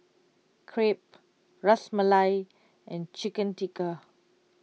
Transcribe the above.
Crepe Ras Malai and Chicken Tikka